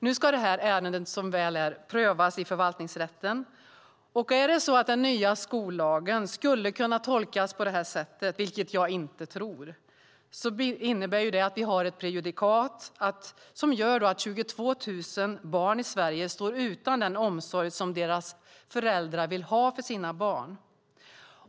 Nu ska detta ärende, som väl är, prövas i Förvaltningsrätten. Är det så att den nya skollagen skulle kunna tolkas på detta sätt, vilket jag inte tror, innebär det att vi har ett prejudikat som gör att 22 000 barn i Sverige står utan den omsorg som deras föräldrar vill ha för sina barn.